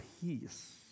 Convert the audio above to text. peace